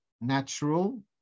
natural